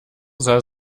sah